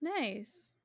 Nice